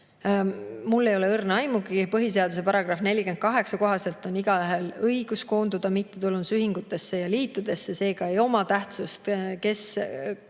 Mul ei ole õrna aimugi. Põhiseaduse § 48 kohaselt on igaühel õigus koonduda mittetulundusühingutesse ja liitudesse, seega ei oma tähtsust, kas keegi